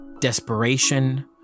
desperation